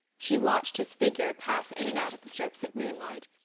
she watched his figure pass in and out of the strips of moonlight.